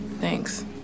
Thanks